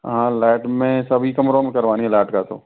हाँ लाइट मैं सभी कमरों में करवानी है लाइट का तो